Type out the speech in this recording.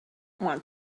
want